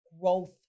growth